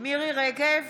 מירי מרים רגב,